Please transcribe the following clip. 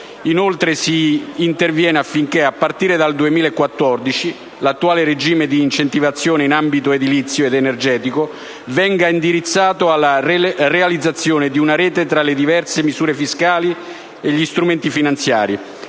Inoltre, si interviene affinche´, a partire dal 2014, l’attuale regime di incentivazione in ambito edilizio ed energetico venga indirizzato alla realizzazione di una rete tra le diverse misure fiscali e gli strumenti finanziari,